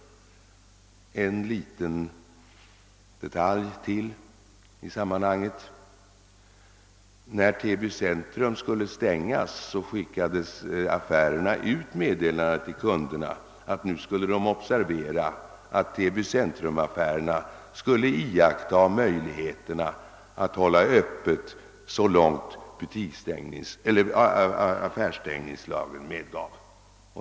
Ytterligare en liten detalj i detta sammanhang: affärsinnehavarna i Täby centrum skickade i samband med ändrade öppethållningstider ut ett meddelande till kunderna att de skulle observera att affärerna ämnade iaktta möjligheterna att hålla öppet så långt = affärsstängningslagen medgav.